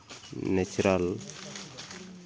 natural